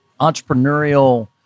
entrepreneurial